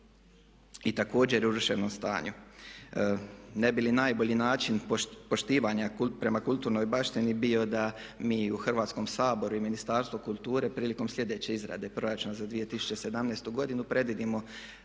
I također je u urušenom stanju. Ne bi li najbolji način poštivanja prema kulturnoj baštini bio da mi u Hrvatskom saboru i Ministarstvu kulture prilikom sljedeće izrade proračuna za 2017. godinu predvidimo